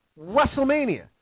WrestleMania